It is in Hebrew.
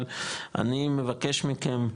אבל אני מבקש מכם,